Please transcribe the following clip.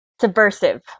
Subversive